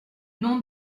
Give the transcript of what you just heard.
nom